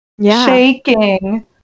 shaking